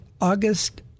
August